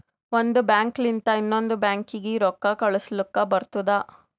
ಒಂದ್ ಬ್ಯಾಂಕ್ ಲಿಂತ ಇನ್ನೊಂದು ಬ್ಯಾಂಕೀಗಿ ರೊಕ್ಕಾ ಕಳುಸ್ಲಕ್ ಬರ್ತುದ